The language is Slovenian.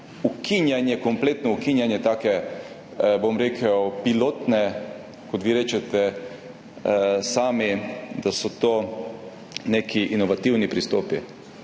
ukinjanje, kompletno ukinjanje take, bom rekel, pilotne, kot vi sami rečete, da so to neki inovativni pristopi.